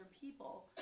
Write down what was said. people